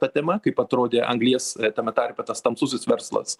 ta tema kaip atrodė anglies tame tarpe tas tamsusis verslas